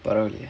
parole